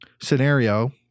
Scenario